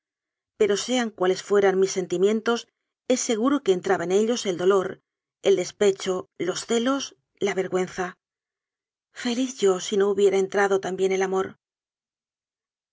pero sean cuales fueran mis sentimientos es seguro que en traba en ellos el dolor el despecho los celos la vergüenza feliz yo si no hubiera entrado tam bién el amor